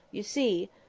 you see,